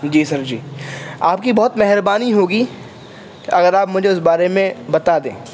جی sir جی آپ کی بہت مہربانی ہوگی کہ اگر آپ مجھے اس بارے میں بتا دیں